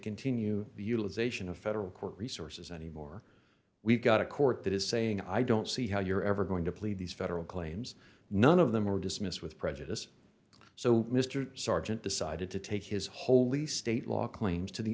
continue the utilization of federal court resources anymore we've got a court that is saying i don't see how you're ever going to plead these federal claims none of them are dismissed with prejudice so mr sergeant decided to take his holy state law claims to the